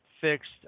fixed